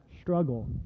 struggle